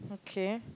okay